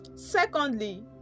Secondly